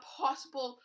possible